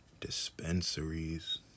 dispensaries